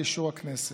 לאישור הכנסת,